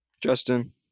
Justin